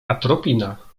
atropina